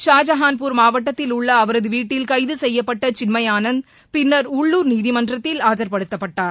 ஷாஜகான்பூர் மாவட்டத்தில் உள்ள அவரது வீட்டில் கைது செய்யப்பட்ட சின்மயானந்த் பின்னர் உள்ளூர் நீதிமன்றத்தில் ஆஜர்படுத்தப்பட்டார்